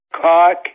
Cock